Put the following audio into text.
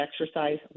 exercise